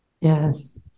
Yes